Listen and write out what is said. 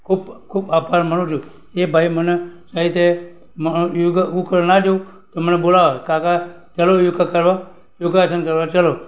ખૂબ ખૂબ આભાર માનુ છું એ ભાઈએ મને સારી રીતે યોગ કરવા ના જઉં તો મને બોલાવે કાકા ચાલો યોગા કરવા યોગાસન કરવા ચલો